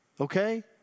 okay